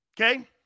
okay